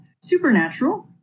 supernatural